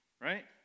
right